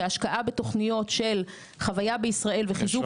שהשקעה בתוכניות של חוויה בישראל וחיזוק